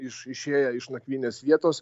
iš išėję iš nakvynės vietos